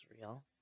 real